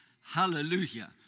Hallelujah